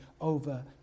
over